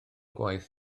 gwaith